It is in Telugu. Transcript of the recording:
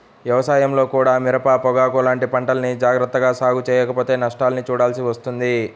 వ్యవసాయంలో కూడా మిరప, పొగాకు లాంటి పంటల్ని జాగర్తగా సాగు చెయ్యకపోతే నష్టాల్ని చూడాల్సి వస్తుంది